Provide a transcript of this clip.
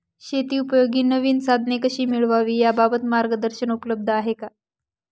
शेतीउपयोगी नवीन साधने कशी मिळवावी याबाबत मार्गदर्शन उपलब्ध आहे का?